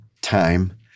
Time